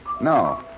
No